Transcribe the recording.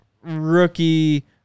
rookie